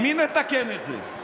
עם מי נתקן את זה?